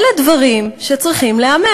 אלה דברים שצריכים להיאמר.